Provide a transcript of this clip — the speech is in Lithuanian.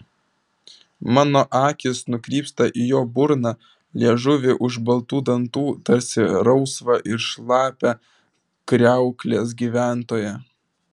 mano akys nukrypsta į jo burną liežuvį už baltų dantų tarsi rausvą ir šlapią kriauklės gyventoją